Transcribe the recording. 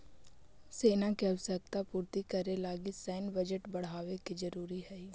सेना के आवश्यकता पूर्ति करे लगी सैन्य बजट बढ़ावे के जरूरी हई